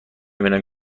بینم